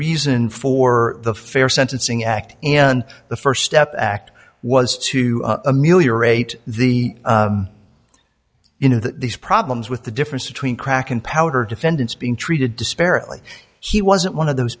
reason for the fair sentencing act and the st step act was to ameliorate the you know these problems with the difference between crack and powder defendants being treated disparately he wasn't one of those